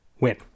win